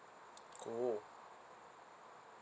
orh